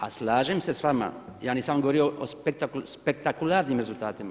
A slažem se s vama, ja nisam govorio o spektakularnim rezultatima.